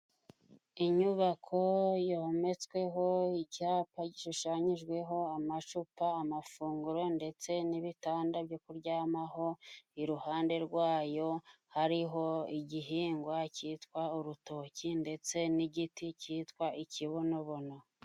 Inyubako yometsweho icyapa gishushanyijweho amacupa, amafunguro, ndetse n’ibitanda byo kuryamaho. Iruhande rwayo, hariho igihingwa cyitwa urutoki, ndetse n’igiti cyitwa ikibonobono.